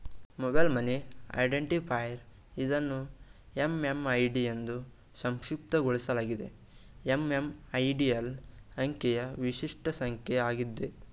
mobile money identifier ಇದನ್ನು MMID ಎಂದೂ ಸಂಕ್ಷಿಪ್ತಗೊಳಿಸಲಾಗಿದೆ ಎಂ.ಎಂ.ಐ.ಡಿ ಎಳು ಅಂಕಿಯ ವಿಶಿಷ್ಟ ಸಂಖ್ಯೆ ಆಗಿದೆ